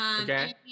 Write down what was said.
okay